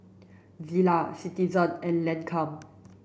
Zalia Citizen and Lancome